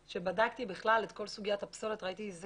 בדקתי בכלל את כל סוגיית הפסולת וראיתי שזה